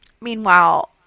meanwhile